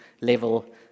level